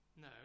no